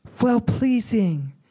well-pleasing